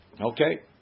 Okay